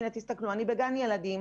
הנה, תסתכלו, אני בגן ילדים